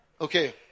okay